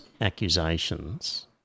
accusations